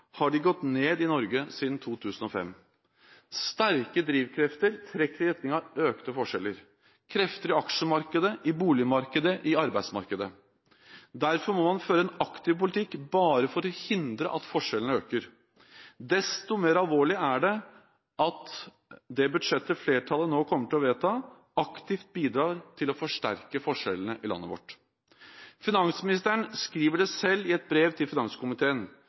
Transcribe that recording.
har de gått ned i Norge siden 2005. Sterke drivkrefter trekker i retning av økte forskjeller – krefter i aksjemarkedet, i boligmarkedet, i arbeidsmarkedet. Derfor må man føre en aktiv politikk bare for å hindre at forskjellene øker. Desto mer alvorlig er det at det budsjettet flertallet nå kommer til å vedta, aktivt bidrar til å forsterke forskjellene i landet vårt. Finansministeren skriver det selv i et brev til finanskomiteen: